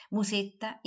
Musetta